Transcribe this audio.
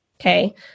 Okay